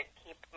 keep